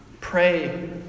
pray